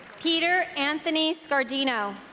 peter anthony scardino